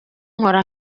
nkora